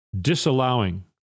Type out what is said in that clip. disallowing